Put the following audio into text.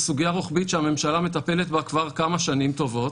סוגיה רוחבית שהממשלה מטפלת בה כבר כמה שנים טובות